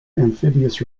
amphibious